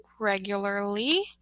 regularly